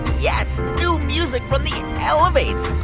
yes, new music from the elevates